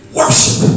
worship